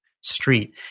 street